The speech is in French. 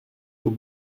aux